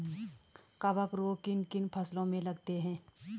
कवक रोग किन किन फसलों में लगते हैं?